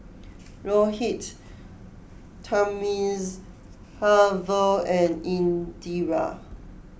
Rohit Thamizhavel and Indira